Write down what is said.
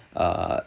err